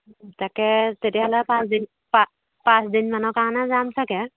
তাকে তেতিয়াহ'লে পাঁচদিন পা পাঁচদিনমানৰ কাৰণে যাম চাগে